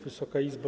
Wysoka Izbo!